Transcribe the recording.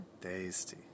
tasty